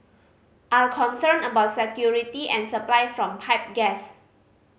are concerned about security and supply from pipe gas